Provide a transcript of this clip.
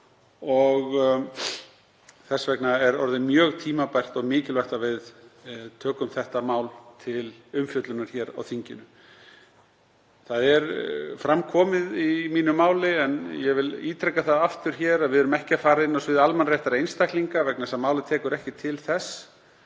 og þess vegna er orðið mjög tímabært og mikilvægt að við tökum þetta mál til umfjöllunar hér á þinginu. Það er fram komið í mínu máli, en ég vil ítreka það aftur hér, að við erum ekki að fara inn á svið almannaréttar einstaklinga vegna þess að málið tekur ekki til þess.